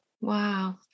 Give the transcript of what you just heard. Wow